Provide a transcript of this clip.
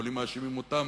אבל אם מאשימים אותם